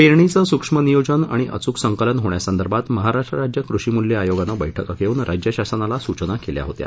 पेरणीचे सुक्ष्म नियोजन आणि अचूक संकलन होण्यासंदर्भात महाराष्ट्र राज्य कृषि मूल्य आयोगाने बैठका घेऊन राज्य शासनाला सूचना केल्या होत्या